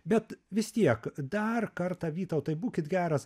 bet vis tiek dar kartą vytautai būkit geras